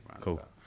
Cool